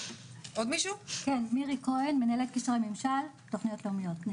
אני מנהלת קשרי ממשל, תוכניות לאומיות.